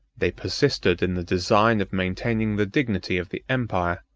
they persisted in the design of maintaining the dignity of the empire,